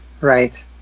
right